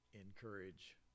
encourage